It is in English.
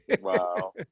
Wow